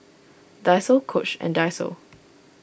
Daiso Coach and Daiso